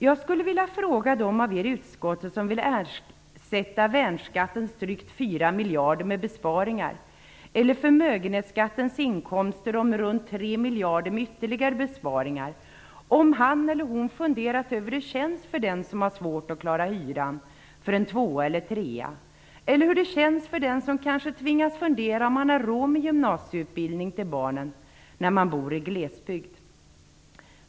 Jag skulle vilja fråga de av er i utskottet som vill ersätta värnskattens drygt 4 miljarder eller förmögenhetsskattens inkomster om runt 3 miljarder med ytterligare besparingar om ni har funderat över hur det känns för den som har svårt att klara hyran för en tvåa eller trea. Har ni tänkt på hur det känns för den som kanske tvingas fundera på om man har råd med gymnasieutbildning för barnen när man bor i glesbygd?